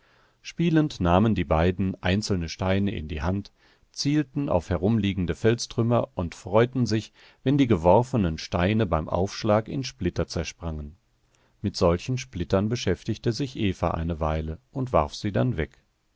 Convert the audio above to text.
spielend nahmen die beiden einzelne steine in die hand zielten auf herumliegende felstrümmer und freuten sich wenn die geworfenen steine beim aufschlag in splitter zersprangen mit solchen splittern beschäftigte sich eva eine weile und warf sie dann weg